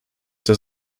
der